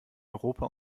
europa